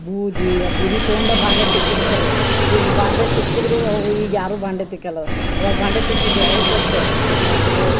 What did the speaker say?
ಬೂದಿ ಆ ಬೂದಿ ತಗೊಂಡು ಬಾಂಡೆ ತಿಕ್ತಿದ್ರ ಖರೆ ಈಗ ಬಾಂಡೆ ತಿಕ್ಕದ್ದರೂ ಅವು ಈಗ ಯಾರು ಬಾಂಡೆ ತಿಕ್ಕಲ್ಲ ಅವಾಗ ಬಾಂಡೆ ತಿಕಿದ್ದೆ ಅವು ಸ್ವಚ್ಛ ಆಕಿತ್ತು ನಾದ್ರ